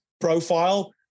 profile